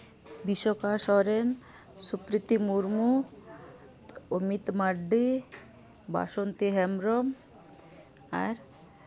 Bisoka Soren Supriti Murmu Amit Mardi Basanti Hembrom ᱟᱨ